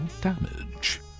damage